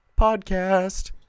podcast